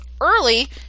early